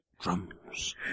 Drums